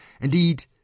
Indeed